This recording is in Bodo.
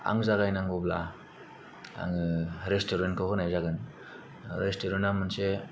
आं जागायनांगौब्ला आङो रेस्टुरेन्टखौ होनाय जागोन रेस्टुरेन्टा मोनसे